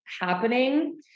happening